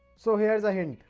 so here's a hint